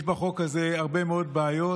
יש בחוק הזה הרבה מאוד בעיות,